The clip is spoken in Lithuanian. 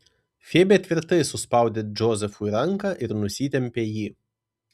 febė tvirtai suspaudė džozefui ranką ir nusitempė jį